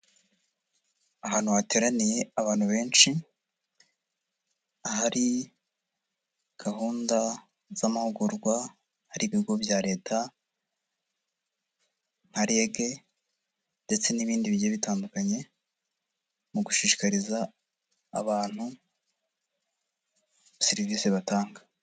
Ahantu hateraniye abantu benshi, ahari gahunda z'amahugurwa, hari ibigo bya Leta nka REG, ndetse n'ibindi bihe bitandukanye mu gushishikariza abantu serivisi batanga.